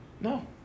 No